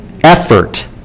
effort